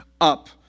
up